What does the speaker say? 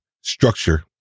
structure